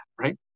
right